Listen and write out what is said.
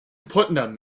putnam